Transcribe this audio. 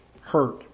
hurt